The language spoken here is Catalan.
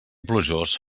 plujós